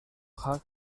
jack